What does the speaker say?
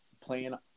playing